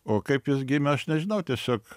o kaip jis gimė aš nežinau tiesiog